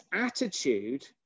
attitude